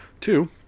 Two